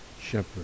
shepherd